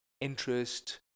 interest